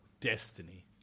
Destiny